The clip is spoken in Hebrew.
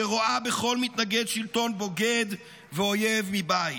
שרואה בכל מתנגד שלטון בוגד ואויב מבית.